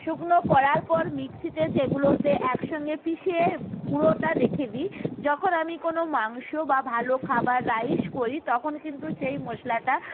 শুকনো করার পর মিক্সিতে সেগুলোকে একসঙ্গে পিষে গুঁড়োটা রেখে দিই যখন আমি কোনও মাংস বা ভালো খাবার রাইস করি তখন কিন্তু সেই মশলাটা